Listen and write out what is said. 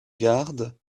garde